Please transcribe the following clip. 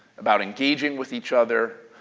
about engaging with each other,